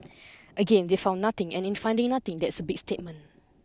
again they found nothing and in finding nothing that's a big statement